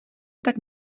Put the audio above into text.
tak